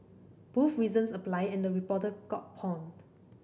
both reasons apply and the reporter got pawned